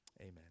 Amen